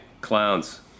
clowns